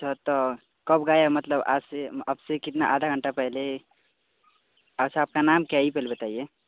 छ तो कब गा मतलब आज से अब से कितना आधा घंटा पहले अच्छा आपका नाम क्या है यह पहले बताइए